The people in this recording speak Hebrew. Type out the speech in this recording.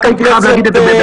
רק הייתי חייב להגיד את זה.